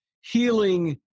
healing